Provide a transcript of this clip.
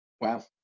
Wow